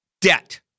debt